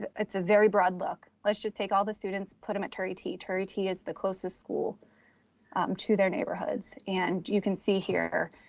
it's a very broad look, let's just take all the students, put them at turie t. turie t. is the closest school to their neighborhoods. and you can see here,